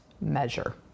measure